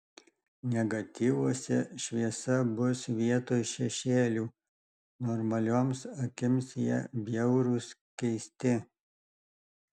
negatyvuose šviesa bus vietoj šešėlių normalioms akims jie bjaurūs keisti